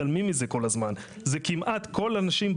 שזה כמעט כל האנשים,